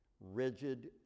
rigid